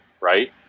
right